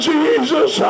Jesus